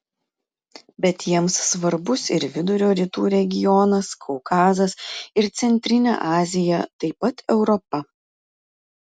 bet jiems svarbus ir vidurio rytų regionas kaukazas ir centrinė azija taip pat europa